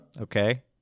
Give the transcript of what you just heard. Okay